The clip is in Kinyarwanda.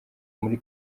muri